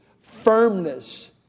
firmness